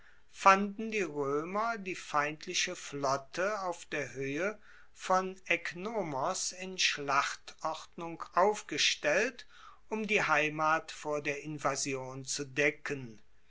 fanden die roemer die feindliche flotte auf der hoehe von eknomos in schlachtordnung aufgestellt um die heimat vor der invasion zu decken